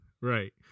right